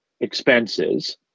expenses